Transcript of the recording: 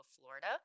Florida